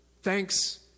thanks